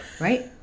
right